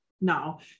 No